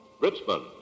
Richmond